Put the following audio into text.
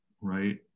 right